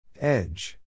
Edge